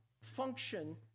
function